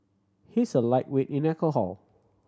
he is a lightweight in alcohol